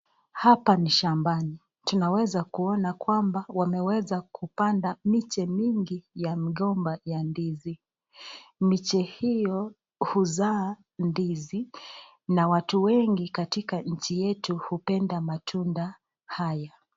Hapa ni shambani tunaweza kuona kwamba wameweza kupanda miche mingi ya migomba ya ndizi. Miche hiyo huzaa ndizi na watu wengi katika inchi yetu hupenda matunda hayo.